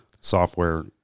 software